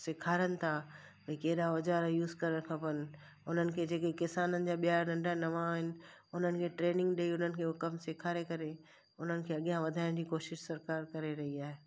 सेखारनि था भई कहिड़ा ओज़ार यूस करण खपेनि उन्हनि खे जे के किसाननि जा ॿिया नंढा नवां आहिनि उन्हनि खे ट्रेनिंग ॾेई उन्हनि खे कमु सेखारे करे उन्हनि खे अॻियां वधाइण जी कोशिश सरकारि करे रही आहे